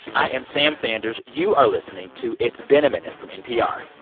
i am sam sanders. you are listening to it's been a minute from npr.